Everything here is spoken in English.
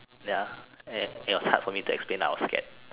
ya an and it was hard for me to explain I was scared